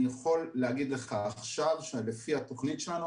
אני יכול להגיד לך עכשיו שלפי התוכנית שלנו,